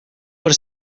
per